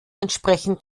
entsprechend